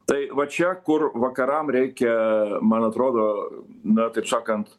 tai va čia kur vakaram reikia man atrodo na taip sakant